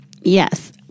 Yes